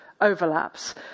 overlaps